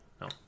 No